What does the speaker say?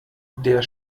der